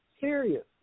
Serious